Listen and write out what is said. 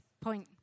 point